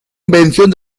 invención